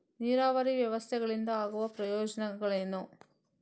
ನೀರಾವರಿ ವ್ಯವಸ್ಥೆಗಳಿಂದ ಆಗುವ ಪ್ರಯೋಜನಗಳೇನು?